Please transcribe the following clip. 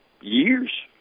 years